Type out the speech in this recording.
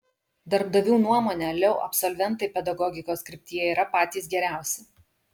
darbdavių nuomone leu absolventai pedagogikos kryptyje yra patys geriausi